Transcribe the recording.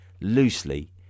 loosely